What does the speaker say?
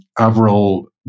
Avril